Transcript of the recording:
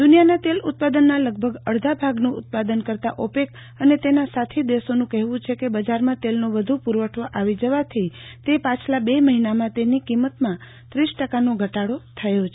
દુનિયાના તેલ ઉત્પાદનના લગભગ અડધા ભાગનું ઉત્પાદન કરતાં ઓપેક અને તેના સાથી દેશોનું કહેવું છે કે બજારમાં તેલનો વધુ પુરવઠો આવી જવાથી તે પાછલા બે મહિનામાં તેની કિંમતમાં ત્રીસ ટકાનો ઘટાડો છે